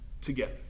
together